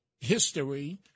history